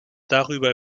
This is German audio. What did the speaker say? darüber